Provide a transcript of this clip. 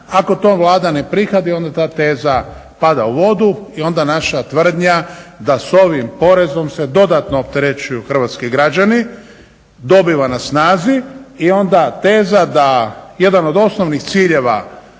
Ako to Vlada ne prihvati onda ta teza pada u vodu i onda naša tvrdnja da s ovim porezom se dodatno opterećuju hrvatski građani dobiva na snazi i onda teza da jedan od osnovnih ciljeva